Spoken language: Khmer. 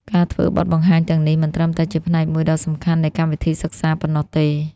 ការធ្វើបទបង្ហាញទាំងនេះមិនត្រឹមតែជាផ្នែកមួយដ៏សំខាន់នៃកម្មវិធីសិក្សាប៉ុណ្ណោះទេ។